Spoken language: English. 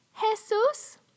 Jesus